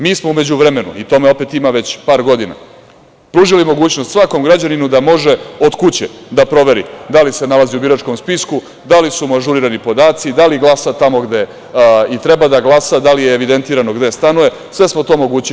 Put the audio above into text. Mi smo u međuvremenu, i tome opet ima već par godina, pružili mogućnost svakom građaninu da može od kuće da proveri da li se nalazi u biračkom spisku, da li su mu ažurirani podaci, da li glasa tamo gde treba da glasa, da li je evidentirano gde stanuje, sve smo to omogućili.